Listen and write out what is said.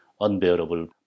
unbearable